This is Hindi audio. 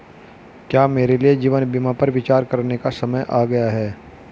क्या मेरे लिए जीवन बीमा पर विचार करने का समय आ गया है?